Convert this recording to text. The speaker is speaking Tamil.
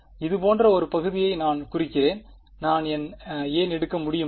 இது போன்ற ஒரு பகுதியை நான் குறிக்கிறேன் நான் எடுக்க முடியுமா